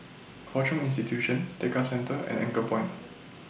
Hwa Chong Institution Tekka Centre and Anchorpoint